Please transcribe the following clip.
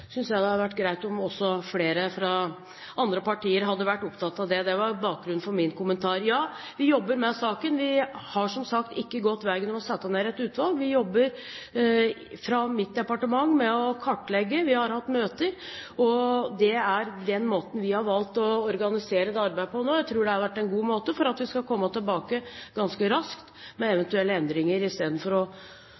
jeg det hadde vært greit om også flere fra andre partier hadde vært opptatt av det. Det var bakgrunnen for min kommentar. Ja, vi jobber med saken. Vi har som sagt ikke gått veien om å sette ned et utvalg. Vi jobber fra mitt departement med å kartlegge. Vi har hatt møter, og det er den måten vi har valgt å organisere det arbeidet på nå. Jeg tror det har vært en god måte å gjøre det på for å kunne komme tilbake ganske raskt med